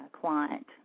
client